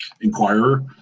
Inquirer